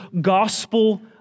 gospel